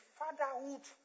fatherhood